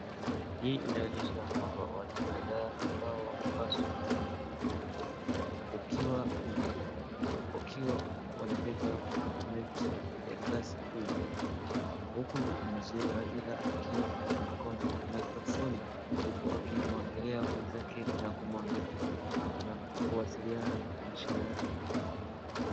Hii inaonyesha ya kwamba watu kadhaa ambao wamevaa suti wakiwa wamebeba mechi ya glasi juu huku mzee Raila akiwa ako na makrofoni. Huku akimwangalia mwenzake na kuwasiliana na kuashiriana.